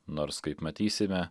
nors kaip matysime